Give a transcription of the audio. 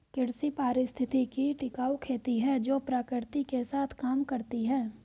कृषि पारिस्थितिकी टिकाऊ खेती है जो प्रकृति के साथ काम करती है